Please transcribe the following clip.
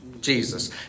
Jesus